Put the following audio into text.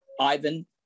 Ivan